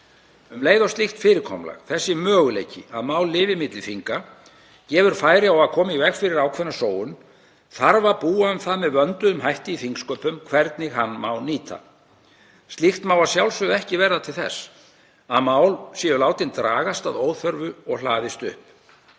Um leið og slíkt fyrirkomulag, þessi möguleiki, að mál lifi milli þinga, gefur færi á að koma í veg fyrir ákveðna sóun þarf að búa um það með vönduðum hætti í þingsköpum hvernig hann má nýta. Slíkt má að sjálfsögðu ekki verða til þess að mál séu látin dragast að óþörfu og hlaðist upp.